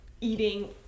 eating